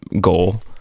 goal